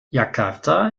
jakarta